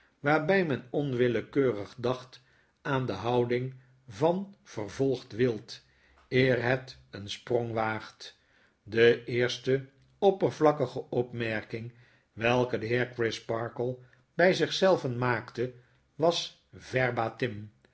waarbij men onwiliekeurig dacht aan de houding van vervolgd wild eer bet een sprong waagt de eerste oppervlakkige opmerking welke de heer crisparkle by zich zelven maakte was